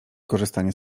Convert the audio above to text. korzystanie